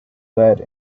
lead